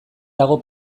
dago